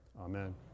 amen